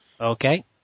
Okay